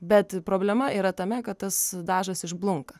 bet problema yra tame kad tas dažas išblunka